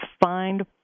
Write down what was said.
find